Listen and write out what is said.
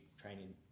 Training